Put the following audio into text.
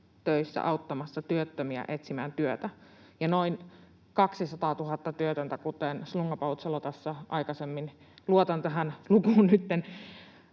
töissä auttamassa työttömiä etsimään työtä ja noin 200 000 työtöntä, kuten Slunga-Poutsalo tässä aikaisemmin sanoi — luotan tähän lukuun